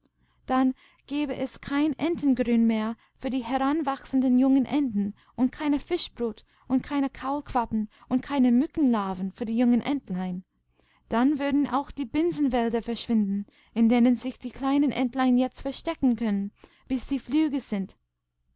dann gäbe es kein entengrün mehr für die heranwachsenden jungen enten und keine fischbrut und keine kaulquappen und keine mückenlarven für die jungen entlein dann würden auch die binsenwälderverschwinden indenensichdiekleinenentleinjetztverstecken können bis sie flügge sind